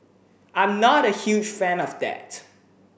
I'm not a huge fan of that